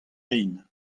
lein